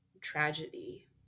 tragedy